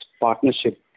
partnership